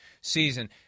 season